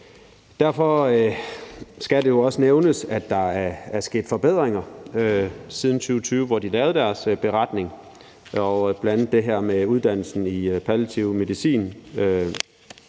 Derfor skal det også nævnes, at der er sket forbedringer siden 2020, hvor de lavede deres beretning. Det handler bl.a. om uddannelsen i palliativ medicin,